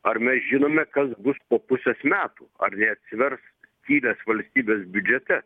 ar mes žinome kas bus po pusės metų ar neatsivers skylės valstybės biudžete